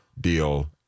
deal